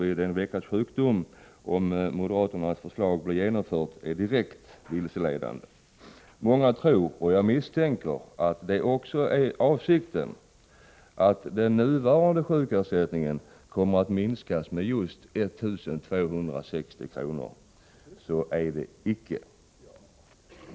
vid en veckas sjukdom, om moderaternas förslag blir genomfört, är direkt vilseledande. Många tror — och jag misstänker att det också är avsikten att folk skall göra det — att den nuvarande sjukersättningen kommer att minskas med just 1 260 kr. Så är det icke.